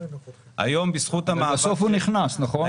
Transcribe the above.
היום בזכות --- בסוף הוא נכנס, נכון?